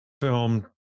film